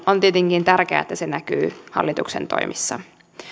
on tietenkin tärkeää että tämä tasapuolisuuden linja näkyy hallituksen toimissa